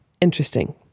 Interesting